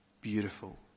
beautiful